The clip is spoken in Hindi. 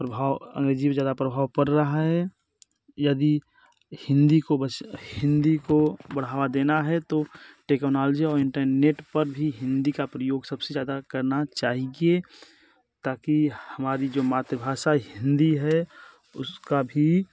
प्रभाव अंग्रेज़ी पर ज़्यादा प्रभाव पर रहा है यदि हिन्दी को बस हिन्दी को बढ़ावा देना है तो टेकोनौलजी और इंटर्नेट पर भी हिन्दी का प्रयोग सब से ज़्यादा करना चाहिए ताकि हमारी जो मातृभाषा हिन्दी है उसका भी